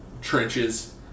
trenches